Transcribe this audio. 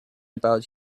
about